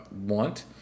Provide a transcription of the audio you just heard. want